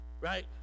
right